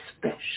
special